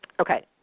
Okay